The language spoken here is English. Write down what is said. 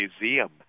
Museum